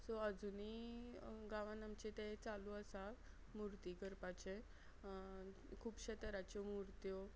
so आजुनीय गांवांत आमचें तें चालू आसा मुर्ती करपाचें खुबश्या तराच्यो मुर्त्यो